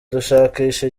dushakisha